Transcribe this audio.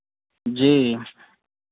जी